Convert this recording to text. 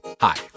Hi